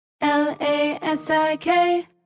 L-A-S-I-K